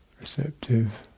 receptive